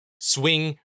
swing